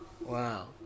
Wow